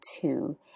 two